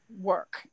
work